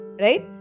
Right